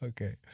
Okay